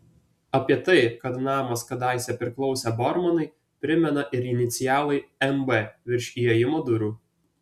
apie tai kad namas kadaise priklausė bormanui primena ir inicialai mb virš įėjimo durų